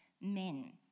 men